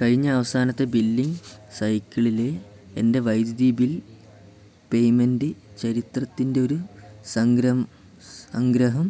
കഴിഞ്ഞ അവസാനത്തെ ബില്ലിംഗ് സൈക്കിളിലെ എൻ്റെ വൈദ്യുതി ബിൽ പേയ്മെൻ്റ് ചരിത്രത്തിൻ്റെയൊരു സംഗ്രഹം